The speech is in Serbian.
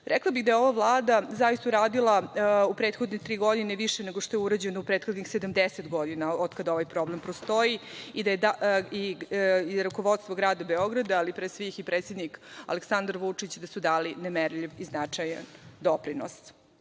Rekla bih da je ova Vlada zaista uradila u prethodne tri godine više nego što je urađeno u prethodnih 70 godina otkada ovaj problem postoji i da je rukovodstvo grada Beograda, ali pre svih i predsednik Aleksandar Vučić, da su dali nemerljiv i značajan doprinos. Drage